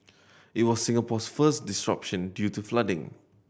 it was Singapore's first disruption due to flooding